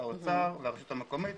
האוצר והרשות המקומית,